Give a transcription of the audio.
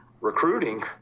recruiting